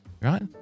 Right